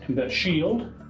that shield.